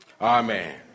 Amen